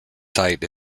site